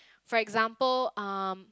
for example um